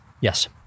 yes